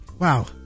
Wow